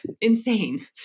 Insane